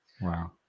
Wow